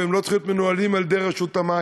והם לא צריכים להיות מנוהלים על-ידי רשות המים,